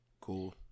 cool